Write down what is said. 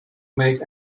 make